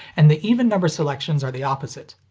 and the even number selections are the opposite.